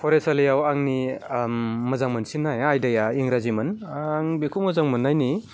फरायसालियाव आंनि मोजां मोनसिननाय आयदाया इंराजिमोन आं बेखौ मोजां मोननायनि